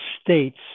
states